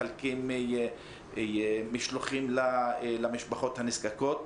מחלקים משלוחים למשפחות הנזקקות.